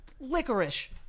licorice